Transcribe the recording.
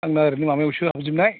आंना ओरैनो माबायावसो हाबजोबनाय